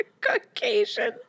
Caucasian